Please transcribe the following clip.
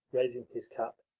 raising his cap,